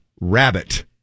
rabbit